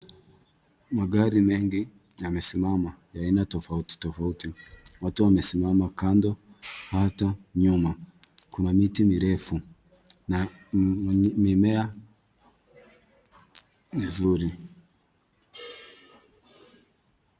Magari mengi yamesimama ya aina tofauti tofauti. Watu wamesimama kando na hata nyuma. Kuna miti mirefu na mimea mizuri.